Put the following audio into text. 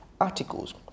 articles